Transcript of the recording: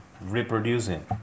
reproducing